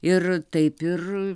ir taip ir